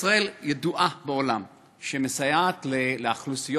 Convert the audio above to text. ישראל ידועה בעולם כמי שמסייעת לאוכלוסיות